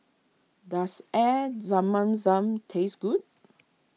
does air Zam man Zam taste good